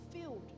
filled